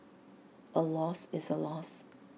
A loss is A loss